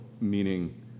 meaning